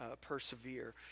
persevere